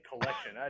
collection